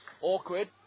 Awkward